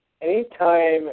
anytime